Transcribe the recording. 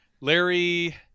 Larry